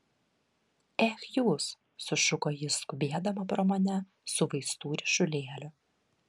ech jūs sušuko ji skubėdama pro mane su vaistų ryšulėliu